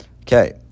Okay